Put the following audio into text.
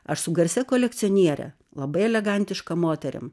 aš su garsia kolekcioniere labai elegantiška moterim